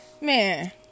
Man